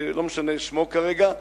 לא משנה שמו כרגע,